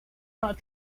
not